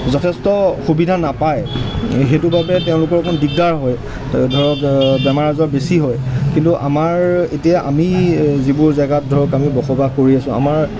যথেষ্ট সুবিধা নাপায় সেইটো বাবে তেওঁলোকৰ অকণ দিগদাৰ হয় ধৰক বেমাৰ আজাৰ বেছি হয় কিন্তু আমাৰ এতিয়া আমি যিবোৰ জেগাত ধৰক আমি বসবাস কৰি আছোঁ আমাৰ